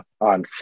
on